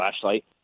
flashlight